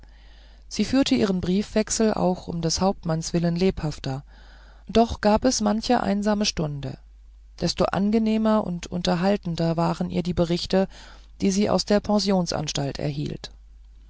sie führte ihren briefwechsel auch um des hauptmanns willen lebhafter und doch gab es manche einsame stunde desto angenehmer und unterhaltender waren ihr die berichte die sie aus der pensionsanstalt erhielt